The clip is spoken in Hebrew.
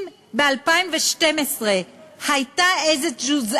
אם ב-2012 הייתה איזו תזוזה,